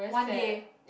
one day